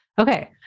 Okay